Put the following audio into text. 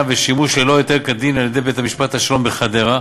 ושימוש ללא היתר כדין על-ידי בית-משפט השלום בחדרה,